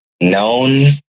Known